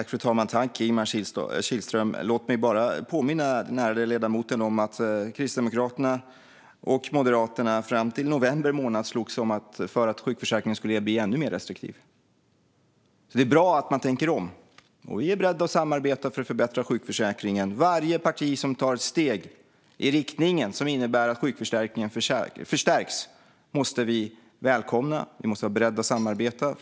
Fru talman! Låt mig påminna den ärade ledamoten Ingemar Kihlström om att Kristdemokraterna och Moderaterna fram till november månad slogs för att sjukförsäkringen skulle bli ännu mer restriktiv. Det är bra att man tänker om. Vi är beredda att samarbeta för att förbättra sjukförsäkringen. Varje parti som tar ett steg i en riktning som innebär att sjukförsäkringen förstärks måste vi välkomna. Vi måste vara beredda att samarbeta.